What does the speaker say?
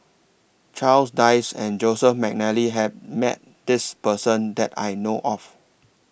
Charles Dyce and Joseph Mcnally Have Met This Person that I know of